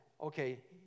okay